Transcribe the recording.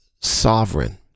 sovereign